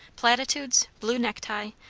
platitudes, blue necktie,